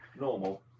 Normal